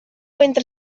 entre